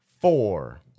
Four